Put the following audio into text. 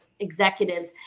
executives